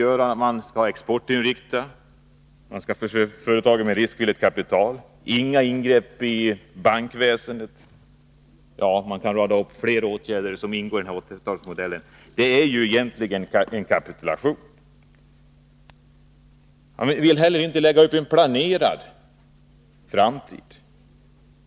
Socialdemokraterna vill också göra politiken exportinriktad, förse företagen med riskvilligt kapital och inte göra några ingrepp i bankväsendet. Ja, man kan rada upp flera åtgärder som ingår i denna 80-talsmodell. Det är alltså egentligen en kapitulation. Regeringen vill inte heller lägga upp en planering för framtiden.